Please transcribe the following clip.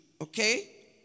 okay